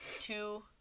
two